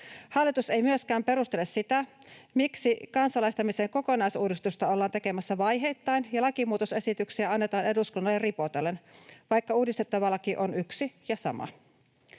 Hallitus ei myöskään perustele sitä, miksi kansalaistamisen kokonaisuudistusta ollaan tekemässä vaiheittain ja lakimuutosesityksiä annetaan eduskunnalle ripotellen, vaikka uudistettava laki on yksi ja sama.